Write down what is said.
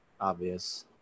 obvious